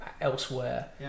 elsewhere